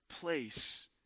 place